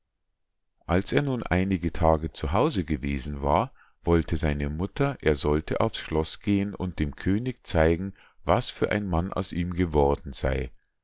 als er nun einige tage zu hause gewesen war wollte seine mutter er sollte aufs schloß gehen und dem könig zeigen was für ein mann aus ihm geworden sei